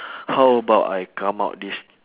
how about I come out this